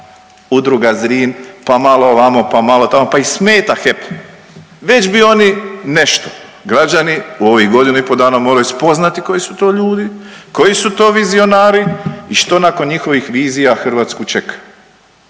Udruga Zrin, pa malo ovamo, pa malo tamo, pa ih smeta HEP, već bi oni nešto. Građani u ovih godinu i po dana moraju spoznati koji su to ljudi, koji su to vizionari i što nakon njihovih vizija Hrvatsku čeka.